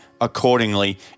accordingly